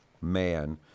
Man